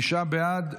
תשעה בעד,